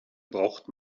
braucht